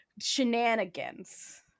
shenanigans